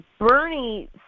Bernie